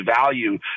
value